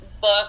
book